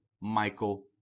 Michael